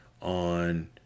on